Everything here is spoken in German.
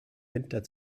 winter